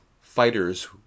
fighters